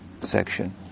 section